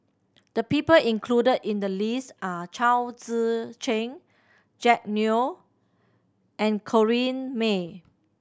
the people included in the list are Chao Tzee Cheng Jack Neo and Corrinne May